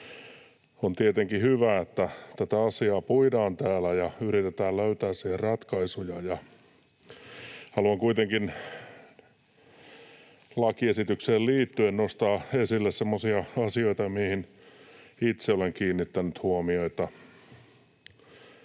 on tietenkin hyvä, että tätä asiaa puidaan täällä ja yritetään löytää siihen ratkaisuja. Haluan kuitenkin lakiesitykseen liittyen nostaa esille semmoisia asioita, joihin itse olen kiinnittänyt huomiota.